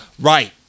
Right